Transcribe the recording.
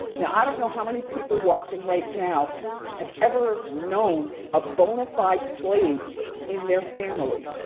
now i don't know how many people watching right now have ever known a bonafide slave in their family.